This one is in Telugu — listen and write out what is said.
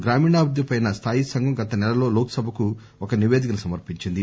గ్రామీణాభివృద్దిపై స్థాయి సంఘం గత సెలలో లోక్సభకు ఈ మేరకు ఒక నివేదికను సమర్పించింది